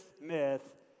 myth